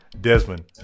Desmond